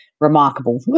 remarkable